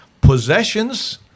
Possessions